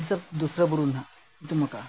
ᱦᱤᱥᱟᱹᱵ ᱫᱚᱥᱨᱟᱹ ᱵᱩᱨᱩ ᱨᱮ ᱦᱟᱸᱜ ᱧᱩᱛᱩᱢ ᱟᱠᱟᱜᱼᱟ